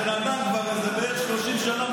הבן אדם כבר בערך איזה 30 שנה,